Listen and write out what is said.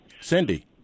Cindy